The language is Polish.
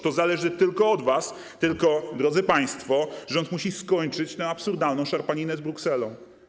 To zależy tylko od was, tyle że, drodzy państwo, rząd musi skończyć tę absurdalną szarpaninę z Brukselą.